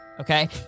Okay